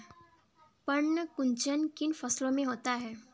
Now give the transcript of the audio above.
पर्ण कुंचन किन फसलों में होता है?